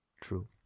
true